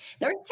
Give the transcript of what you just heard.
North